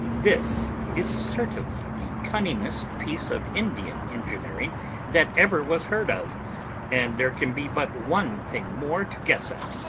this is certainly the cunningest piece of indian engineering that ever was heard of and there can be but one thing more to guess at,